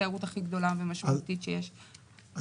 התיירות הכי גדולה ומשמעותית שיש כלכלית.